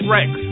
Rex